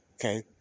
okay